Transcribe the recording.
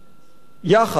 יחד,